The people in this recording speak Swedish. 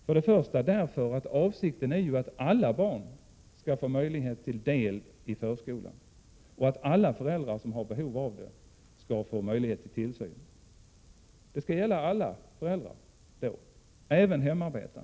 Först och främst är ju avsikten att alla barn skall få möjlighet till del i förskolan och att alla föräldrar som så önskar skall få möjlighet till tillsyn. Det skall alltså gälla alla föräldrar, även hemarbetande.